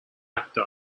actor